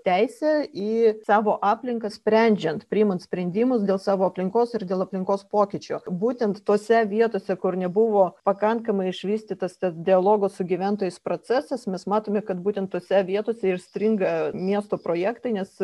teisė į savo aplinką sprendžiant priimant sprendimus dėl savo aplinkos ir dėl aplinkos pokyčio būtent tose vietose kur nebuvo pakankamai išvystytas tad dialogo su gyventojais procesas mes matome kad būtent tose vietose ir stringa miesto projektai nes